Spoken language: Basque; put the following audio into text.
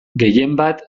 gehienbat